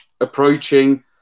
approaching